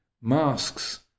masks